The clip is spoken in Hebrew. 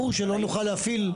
ברור שלא נוכל להפעיל.